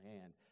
hand